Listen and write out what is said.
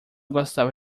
gostava